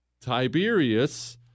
Tiberius